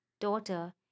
daughter